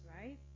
right